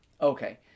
Okay